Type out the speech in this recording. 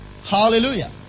Hallelujah